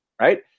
right